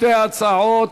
שתי ההצעות